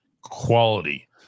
quality